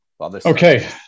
Okay